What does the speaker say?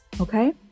okay